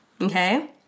okay